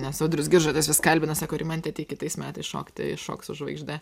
nes audrius giržadas vis kalbina sako rimante ateik kitais metais šokti į šok su žvaigžde